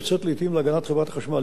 לצאת לעתים להגנת חברת החשמל.